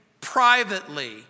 privately